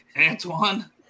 Antoine